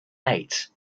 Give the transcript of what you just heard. eight